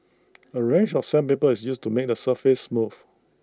A range of sandpaper is used to make the surface smooth